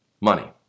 Money